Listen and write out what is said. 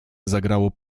zagrało